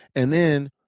and then,